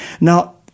Now